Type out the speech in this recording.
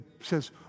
says